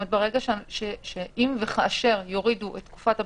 אם וכאשר יורידו את תקופת הבידוד,